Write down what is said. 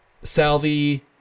Salvi